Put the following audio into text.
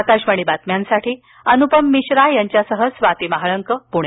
आकाशवाणी बातम्यांसाठी अनुपम मिश्रा यांच्यासह स्वाती महाळंक पुणे